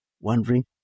wondering